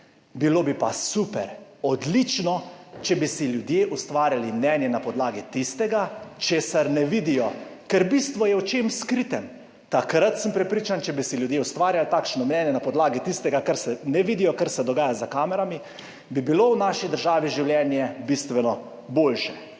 Bilo bi pa super, odlično, če bi si ljudje ustvarjali mnenje na podlagi tistega, česar ne vidijo, ker bistvo je očem skritem, takrat sem prepričan, če bi si ljudje ustvarjali takšno mnenje na podlagi tistega, kar se ne vidijo, kar se dogaja za kamerami, bi bilo v naši državi življenje bistveno boljše.